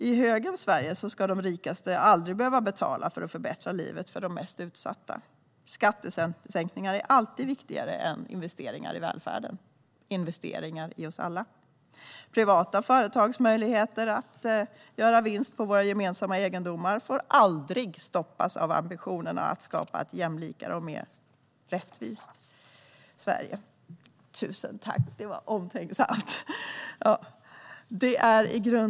I högerns Sverige ska de rikaste aldrig behöva betala för att förbättra livet för de mest utsatta. Skattesänkningar är alltid viktigare än investeringar i välfärden - investeringar i oss alla. Privata företags möjligheter att göra vinst på våra gemensamma egendomar får aldrig stoppas av ambitionerna att skapa ett jämlikare och mer rättvist Sverige.